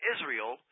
Israel